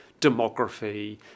demography